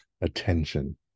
attention